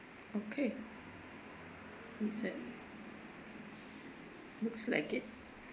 okay that's it looks like it